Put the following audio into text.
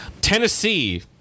Tennessee